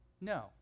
no